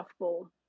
softball